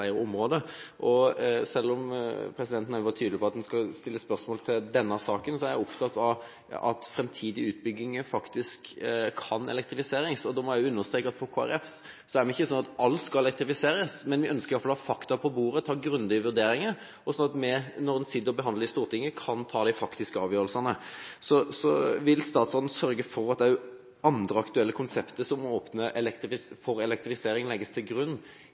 Selv om presidenten var tydelig på at man skal stille spørsmål til denne saken, er jeg opptatt av at framtidige utbygginger faktisk kan elektrifiseres. Da må jeg understreke at vi fra Kristelig Folkepartis side ikke er for at alt skal elektrifiseres. Men vi ønsker i alle fall fakta på bordet til grundige vurderinger, slik at man når man behandler saken i Stortinget, kan ta de riktige avgjørelsene. Vil statsråden sørge for at også andre aktuelle konsepter som åpner for elektrifisering, legges til grunn